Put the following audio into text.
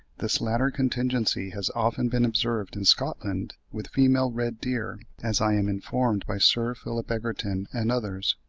this latter contingency has often been observed in scotland with female red-deer, as i am informed by sir philip egerton and others.